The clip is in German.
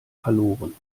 verloren